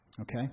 Okay